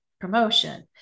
promotion